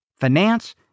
finance